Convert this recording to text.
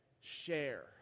share